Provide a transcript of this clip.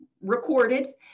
recorded